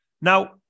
Now